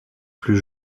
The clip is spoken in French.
plus